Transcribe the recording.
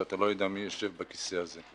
שאתה לא יודע מי יישב בכיסא הזה.